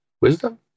Wisdom